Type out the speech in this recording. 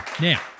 Now